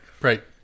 Right